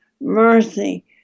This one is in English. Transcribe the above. mercy